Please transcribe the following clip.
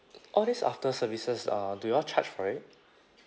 all these after services uh do you all charge for it